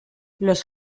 los